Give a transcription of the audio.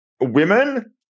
women